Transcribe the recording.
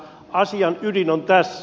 asian ydin on tässä